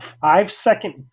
five-second